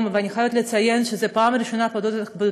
ואני חייבת לציין שזו פעם ראשונה בתולדות